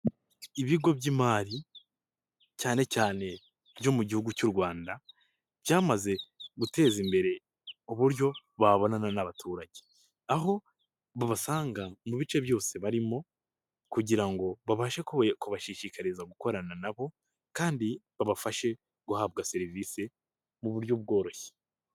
Ibigo by'imari cyane cyane byo mu gihugu cy'u Rwanda byamaze guteza imbere uburyo babonana n'abaturage, aho babasanga mu bice byose barimo kugira ngo babashe kubashishikariza gukorana na bo kandi babafashe guhabwa serivisi mu buryo bworoshye.